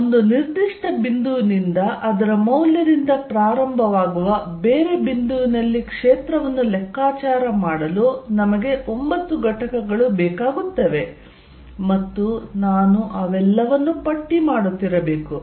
ಒಂದು ನಿರ್ದಿಷ್ಟ ಬಿಂದುವಿನಿಂದ ಅದರ ಮೌಲ್ಯದಿಂದ ಪ್ರಾರಂಭವಾಗುವ ಬೇರೆ ಬಿಂದುವಿನಲ್ಲಿ ಕ್ಷೇತ್ರವನ್ನು ಲೆಕ್ಕಾಚಾರ ಮಾಡಲು 9 ಘಟಕಗಳು ಬೇಕಾಗುತ್ತವೆ ಮತ್ತು ನಾನು ಅವೆಲ್ಲವನ್ನೂ ಪಟ್ಟಿ ಮಾಡುತ್ತಿರಬೇಕು